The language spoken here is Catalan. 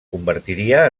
convertiria